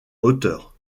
hauteur